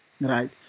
right